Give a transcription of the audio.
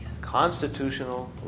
constitutional